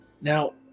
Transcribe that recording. Now